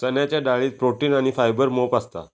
चण्याच्या डाळीत प्रोटीन आणी फायबर मोप असता